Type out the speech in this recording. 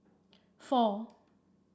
four